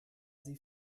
sie